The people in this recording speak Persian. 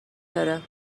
داره